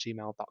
gmail.com